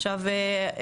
עכשיו,